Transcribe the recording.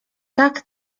tak